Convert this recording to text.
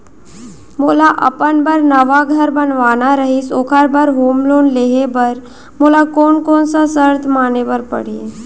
मोला अपन बर नवा घर बनवाना रहिस ओखर बर होम लोन लेहे बर मोला कोन कोन सा शर्त माने बर पड़ही?